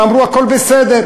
ואמרו: הכול בסדר.